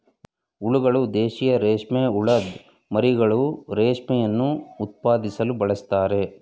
ಹುಳಗಳು ದೇಶೀಯ ರೇಷ್ಮೆಹುಳದ್ ಮರಿಹುಳುಗಳು ರೇಷ್ಮೆಯನ್ನು ಉತ್ಪಾದಿಸಲು ಬೆಳೆಸ್ತಾರೆ